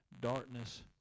darkness